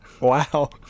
wow